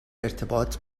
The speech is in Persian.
ارتباط